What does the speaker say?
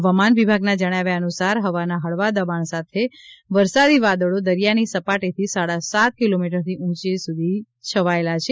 હવામાન વિભાગના જણાવ્યા અનુસાર હવાના હળવા દબાણ સાથેનાં વરસાદી વાદળો દરિયાની સપાટીથી સાડા સાત કિલોમીટરથી ઉંચે સુધી છવાયેલા છે